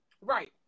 Right